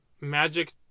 magic